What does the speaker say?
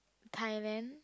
Thailand